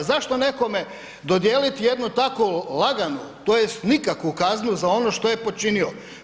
Zašto nekome dodijelit jednu tako laganu, tj. nikakvu kaznu za ono što je počinio?